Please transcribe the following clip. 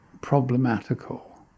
problematical